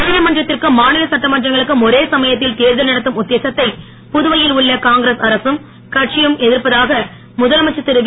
நாடாளுமன்றத்திற்கும் மாநில சட்டமன்றங்களுக்கும் ஒரே சமயத்தில் தேர்தல் நடத்தும் உத்தேசத்தை புதுவையில் உள்ள காங்கிரஸ் அரகம் கட்சியும் எதிர்ப்பதாக முதலமைச்சர் திருவி